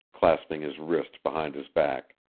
clasping his wrist behind his back.